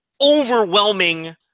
overwhelming